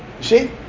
See